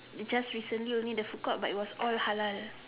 it just recently only the food court but it was all halal